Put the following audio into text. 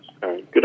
Good